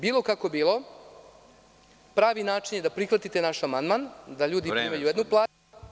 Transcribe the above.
Bilo kako bilo, pravi način je da prihvatite naš amandman da ljudi primaju jednu platu.